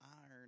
iron